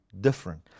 different